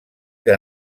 que